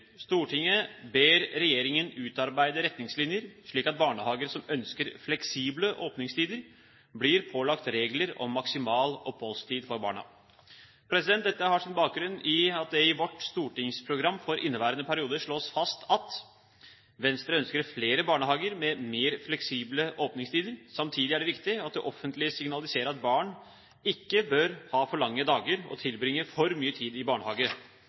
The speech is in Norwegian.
ber regjeringen utarbeide retningslinjer slik at barnehager som ønsker fleksible åpningstider blir pålagt regler om maksimal oppholdstid for barna.» Dette har bakgrunn i at vårt stortingsprogram for inneværende periode slår fast: «Venstre ønsker flere barnehager med mer fleksible åpningstider. Samtidig er det viktig at det offentlige signaliserer at barn ikke bør ha for lange dager og tilbringe for mye tid i